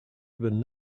even